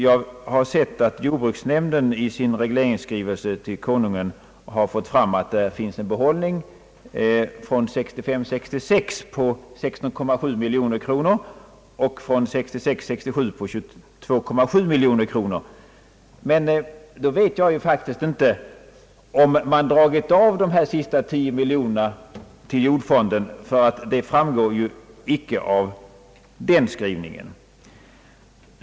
Jag har sett att jordbruksnämnden i sin regleringsskrivelse till Kungl. Maj:t kommit fram till att det finns en behållning från 1965 67 på 22,7 miljoner; men då vet jag faktiskt inte om man dragit av de sista 10 miljonerna till jordfonden, det framgår icke av skrivningen.